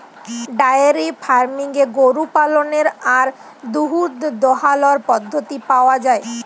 diary ফার্মিংয়ে গরু পাললের আর দুহুদ দহালর পদ্ধতি পাউয়া যায়